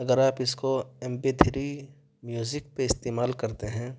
اگر آپ اس کو ایم پی تھری میوزک پہ استعمال کرتے ہیں